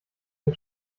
den